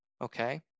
Okay